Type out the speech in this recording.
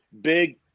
big